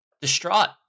distraught